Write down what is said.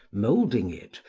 moulding it,